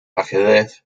ajedrez